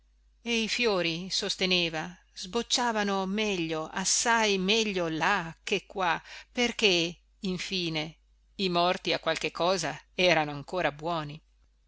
e i fiori sosteneva sbocciavano meglio assai meglio là che qua perché infine i morti a qualche cosa erano ancora buoni